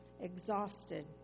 exhausted